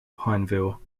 pineville